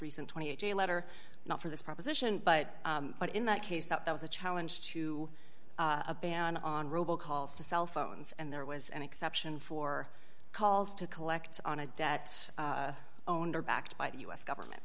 recent twenty eight day letter not for this proposition but but in that case that there was a challenge to a ban on robo calls to cell phones and there was an exception for calls to collect on a debt own or backed by the u s government